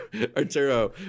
Arturo